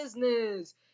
business